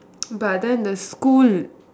but then the school